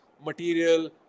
material